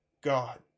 God